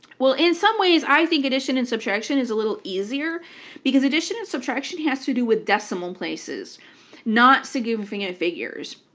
well in some ways i think addition and subtraction is a little easier because addition and subtraction has to do with decimal places not significant figures.